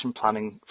planning